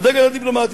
הסגל הדיפלומטי.